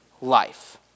life